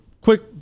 quick